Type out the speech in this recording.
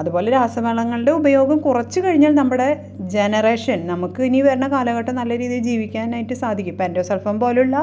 അതുപോലെ രാസവളങ്ങളുടെ ഉപയോഗം കുറച്ചു കഴിഞ്ഞാൽ നമ്മുടെ ജനറേഷൻ നമുക്കിനി വരണ കാലഘട്ടം നല്ല രീതിയിൽ ജീവിക്കാനായിട്ട് സാധിക്കും ഇപ്പോൾ എൻഡോസൾഫാൻ പോലുള്ള